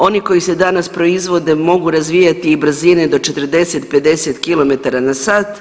Oni koji se danas proizvode mogu razvijati i brzine do 40-50 km/